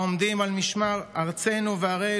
העומדים על משמר ארצנו וערי,